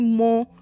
more